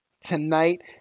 tonight